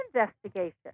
investigation